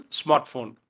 smartphone